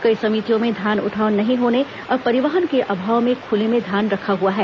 कई समितियों में धान उठाव नहीं होने और परिवहन के अभाव में ख्ले में धान रखा हुआ है